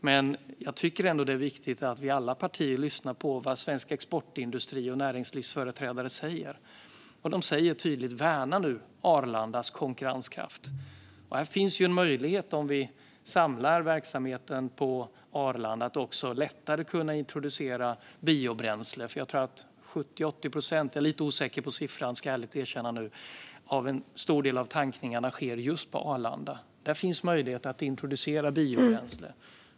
Men jag tycker ändå att det är viktigt att vi alla partier lyssnar på vad svensk exportindustri och näringslivsföreträdare säger, och de säger tydligt: Värna nu Arlandas konkurrenskraft! Om vi samlar verksamheten på Arlanda finns det också en möjlighet att lättare introducera biobränsle. Jag tror att 70-80 procent - jag ska ärligt erkänna att jag är lite osäker på siffran - av tankningarna sker just på Arlanda. Där finns möjlighet att introducera biobränsle.